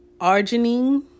Arginine